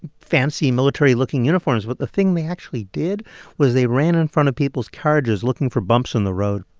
fancy military-looking uniforms, but the thing they actually did was they ran in front of people's carriages looking for bumps in the road.